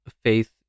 faith